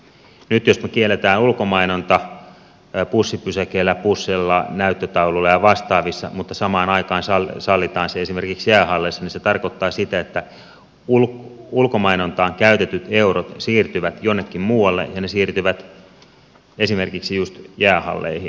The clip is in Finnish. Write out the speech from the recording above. nyt jos me kiellämme ulkomainonnan bussipysäkeillä busseissa näyttötauluilla ja vastaavissa mutta samaan aikaan sallimme sen esimerkiksi jäähalleissa niin se tarkoittaa sitä että ulkomainontaan käytetyt eurot siirtyvät jonnekin muualle ja ne siirtyvät esimerkiksi just jäähalleihin